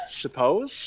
suppose